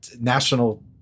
national